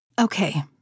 Okay